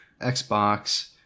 Xbox